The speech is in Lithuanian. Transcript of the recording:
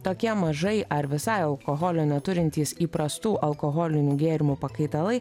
tokie mažai ar visai alkoholio neturintys įprastų alkoholinių gėrimų pakaitalai